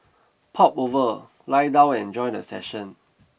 pop over lie down and enjoy the session